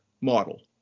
model